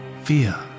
fear